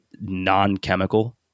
non-chemical